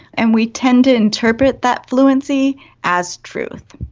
and we tend to interpret that fluency as truth.